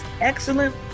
excellent